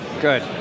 good